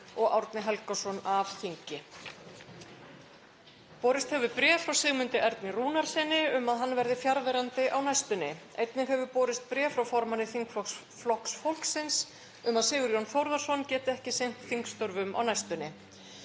SPEECH_BEGIN Borist hefur bréf frá Sigmundi Erni Rúnarssyni um að hann verði fjarverandi á næstunni. Einnig hefur borist bréf frá formanni þingflokks Flokks fólksins um að Sigurjón Þórðarson geti ekki sinnt þingstörfum á næstunni.